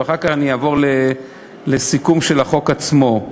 ואחר כך אני אעבור לסיכום של החוק עצמו.